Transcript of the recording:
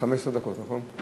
15 דקות, נכון?